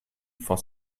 for